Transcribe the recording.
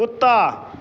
कुत्ता